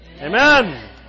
Amen